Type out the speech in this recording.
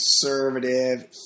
conservative